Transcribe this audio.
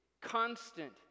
constant